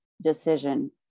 decision